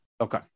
Okay